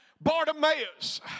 Bartimaeus